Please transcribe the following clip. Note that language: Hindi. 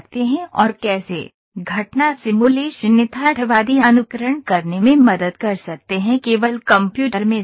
और कैसे घटना सिमुलेशन यथार्थवादी अनुकरण करने में मदद कर सकते हैं केवल कंप्यूटर में स्थितियां